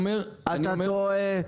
אתה טועה.